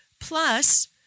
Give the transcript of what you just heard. Plus